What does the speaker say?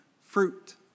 fruit